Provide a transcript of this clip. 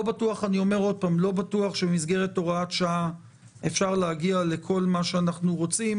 לא בטוח שבמסגרת הוראת שעה אפשר להגיע לכל מה שאנחנו רוצים,